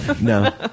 No